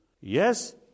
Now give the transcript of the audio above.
Yes